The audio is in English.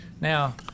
Now